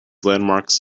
landmarks